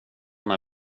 när